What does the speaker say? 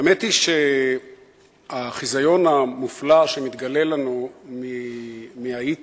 האמת היא שהחיזיון המופלא שמתגלה לנו מהאיטי